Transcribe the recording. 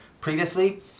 previously